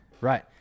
Right